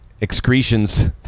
excretions